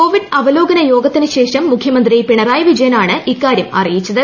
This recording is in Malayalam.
കോവിഡ് അവലോകന യോഗത്തിനുശേഷം മുഖ്യമന്ത്രി പിണറായി വിജയനാണ് ഇക്കാര്യം അറിയിച്ചത്